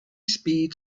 speed